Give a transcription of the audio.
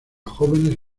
jóvenes